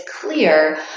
clear